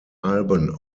alben